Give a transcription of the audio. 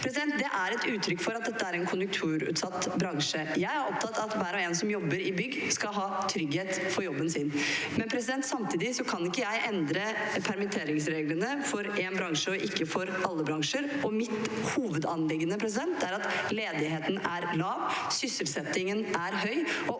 Det er et uttrykk for at dette er en konjunkturutsatt bransje. Jeg er opptatt av at hver og en som jobber i bygg, skal ha trygghet for jobben sin. Samtidig kan ikke jeg endre permitteringsreglene for én bransje og ikke for alle bransjer. Mitt hovedanliggende er at ledigheten er lav og sysselsettingen høy.